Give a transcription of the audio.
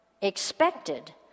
expected